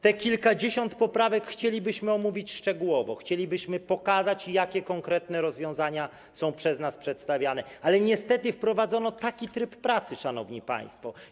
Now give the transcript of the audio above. Te kilkadziesiąt poprawek chcielibyśmy omówić szczegółowo, chcielibyśmy pokazać, jakie konkretne rozwiązania są przez nas przedstawianie, ale niestety wprowadzono taki tryb pracy, szanowni państwo.